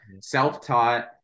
self-taught